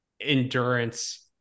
endurance